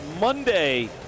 Monday